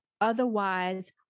Otherwise